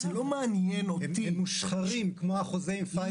הם מושחרים, כמו החוזה עם פייזר.